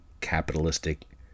Capitalistic